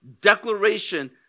declaration